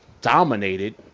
dominated